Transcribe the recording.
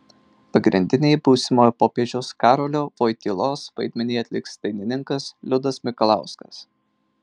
pagrindinį būsimojo popiežiaus karolio vojtylos vaidmenį atliks dainininkas liudas mikalauskas